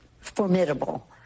formidable